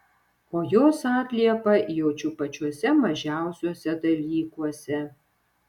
o jos atliepą jaučiu pačiuose mažiausiuose dalykuose